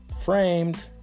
framed